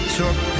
took